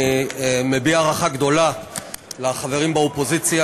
אני מביע הערכה גדולה לחברים באופוזיציה,